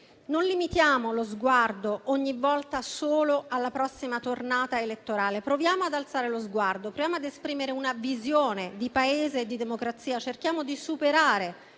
non limitiamo lo sguardo ogni volta solo alla prossima tornata elettorale, proviamo ad alzare lo sguardo, proviamo ad esprimere una visione di Paese e di democrazia, cerchiamo di superare